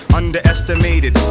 underestimated